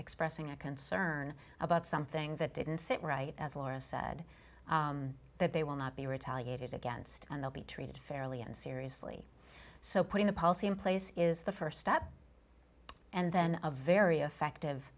expressing a concern about something that didn't sit right as laura said that they will not be retaliated against and they'll be treated fairly and seriously so putting the policy in place is the first step and then a very effective